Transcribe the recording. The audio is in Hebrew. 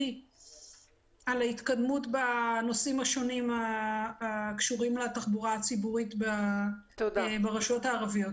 על ההתקדמות בנושאים השונים הקשורים לתחבורה הציבורית ברשויות הערביות.